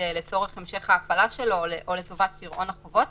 לצורך המשך ההפעלה שלו או לטובת פירעון החובות.